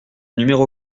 numéro